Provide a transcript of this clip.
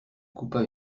coupa